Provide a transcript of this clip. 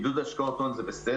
עידוד השקעות הון זה בסדר,